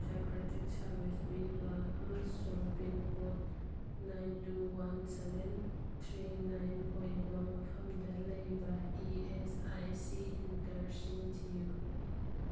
psychiatric service ꯄꯤꯕ ꯑꯃꯁꯨꯡ pin code nine two one seven three nine ꯑꯣꯏꯕ ꯃꯐꯝꯗ ꯂꯩꯕ ꯏ ꯑꯦꯁ ꯑꯥꯏ ꯁꯤ ꯁꯦꯟꯇꯔꯁꯤꯡ ꯊꯤꯌꯨ